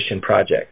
project